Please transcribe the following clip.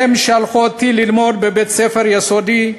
שלחו אותי ללמוד בבית-ספר יסודי,